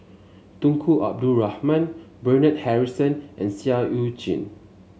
Tunku Abdul Rahman Bernard Harrison and Seah Eu Chin